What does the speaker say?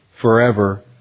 forever